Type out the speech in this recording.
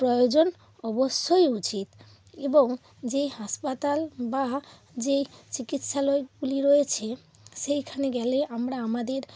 প্রয়োজন অবশ্যই উচিত এবং যেই হাসপাতাল বা যেই চিকিৎসালয়গুলি রয়েছে সেইখানে গেলে আমরা আমাদের